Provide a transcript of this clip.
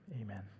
Amen